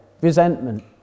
resentment